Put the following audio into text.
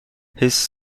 his